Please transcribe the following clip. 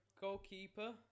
goalkeeper